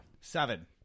Seven